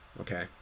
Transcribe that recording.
Okay